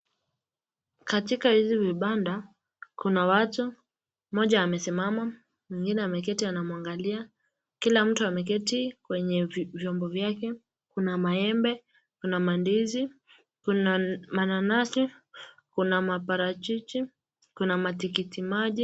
Katika hizi vibanda , kuna watu mmoja amesimama mwingine ameketi abamuangalia, kila mtu ameketi kwenye viombo vyake. Kuna maembe, kuna mandizi, kuna manasi , kuna maparachichi kuna matikiti maji.